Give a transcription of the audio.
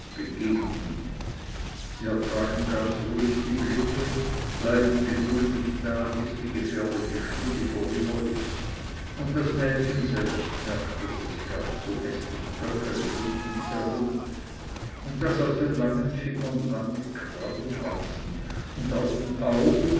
begegnen sie ertragen ganz ruhig die blicke bleiben geduldig da bis die gefährliche stunde vorüber ist und das mädchen selbst merkt daß es gar zu häßlich böckelet um ihns herum und daß aus den langen fingern lange krallen wachsen und aus den augen